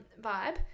vibe